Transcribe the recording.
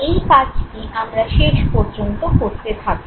এই কাজটি আমরা শেষ পর্যন্ত করতে থাকবো